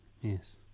Yes